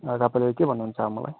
अँ तपाईँले के भन्नुहुन्छ मलाई